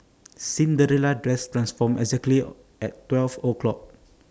Cinderella's dress transformed exactly at twelve o'clock